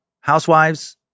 housewives